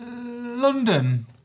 London